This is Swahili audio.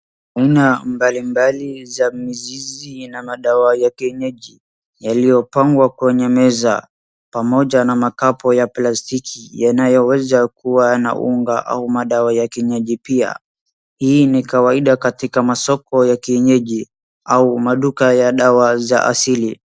Aina mbali mbali za mizizi na dawa za kienyeji yaliyopangwa kwenye meza pamoja na makapo ya plastiki yanayoweza kuwa na unga au madawa ya kienyeji pia. Hii ni kawaida katika masoko ya kienyeji ama maduka ya dawa za asili.